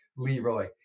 Leroy